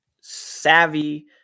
savvy